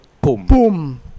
boom